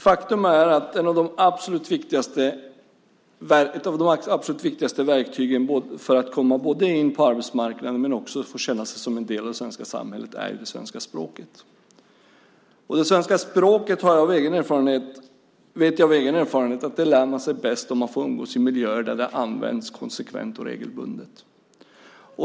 Faktum är att ett av de absolut viktigaste verktygen för att komma in på arbetsmarknaden, och också för att känna sig som en del av det svenska samhället, är det svenska språket. Det svenska språket vet jag av egen erfarenhet att man lär sig bäst om man får umgås i miljöer där det används konsekvent och regelbundet.